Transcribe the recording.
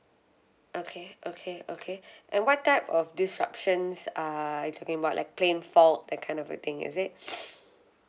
okay okay okay and type of disruptions ah are you talking about like plane fault that kind of a thing is it